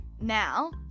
Now